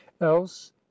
else